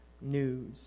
news